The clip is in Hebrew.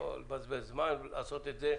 לדון בזה.